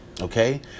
okay